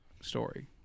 Story